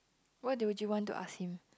what would you want to ask him